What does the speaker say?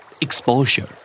Exposure